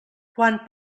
quan